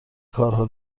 کارها